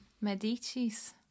medicis